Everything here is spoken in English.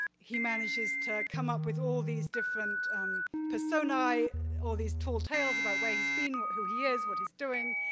he manages to come up with all these different personae or these tall tales about where he's been or who he is, what he's doing.